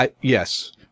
yes